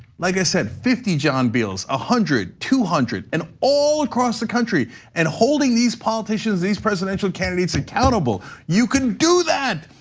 like i said, fifty, john bills, a one hundred, two hundred. and all across the country and holding these politicians, these presidential candidates accountable. you can do that.